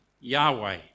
Yahweh